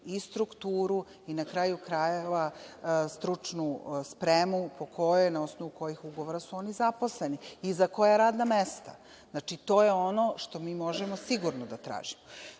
i strukturu i na kraju krajeva, stručnu spremu, na osnovu kojih ugovora su oni zaposleni i za koja radna mesta. Znači, to je ono što mi možemo sigurno da tražimo. Drugo,